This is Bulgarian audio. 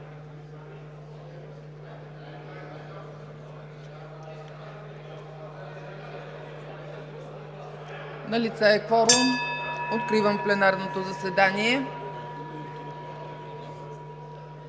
Налице е кворум, откривам пленарното заседание.